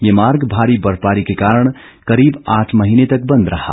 ये मार्ग भारी बर्फबारी के कारण करीब आठ महीने तक बंद रहा